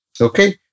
Okay